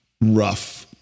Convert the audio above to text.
rough